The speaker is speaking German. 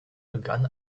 begann